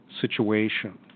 situation